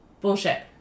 Bullshit